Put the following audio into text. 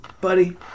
buddy